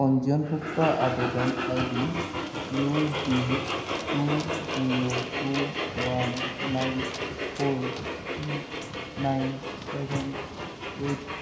পঞ্জীয়নভুক্ত আবেদন ID U D two zero two one nine four three nine seven eight